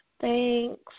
Thanks